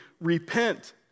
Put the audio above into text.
repent